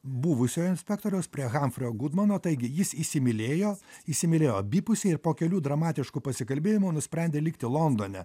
buvusio inspektoriaus prie hamfrio gudmano taigi jis įsimylėjo įsimylėjo abipusiai ir po kelių dramatiškų pasikalbėjimų nusprendė likti londone